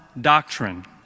Doctrine